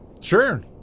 Sure